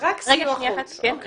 אז רק סיוע חוץ.